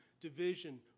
division